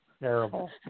terrible